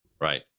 Right